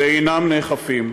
ואין אכיפה,